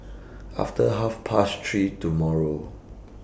after Half Past three tomorrow